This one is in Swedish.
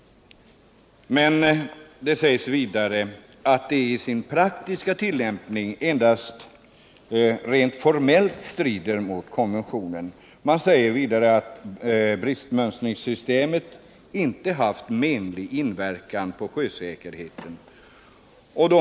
Men man säger att det i sin praktiska tillämpning endast rent formellt strider mot konventionen och att bristmönstringssystemet inte haft någon menlig inverkan på sjösäkerheten.